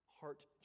heart